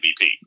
MVP